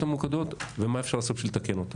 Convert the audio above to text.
ממוקדות ומה אפשר לעשות בשביל לתקן אותן,